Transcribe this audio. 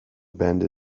bend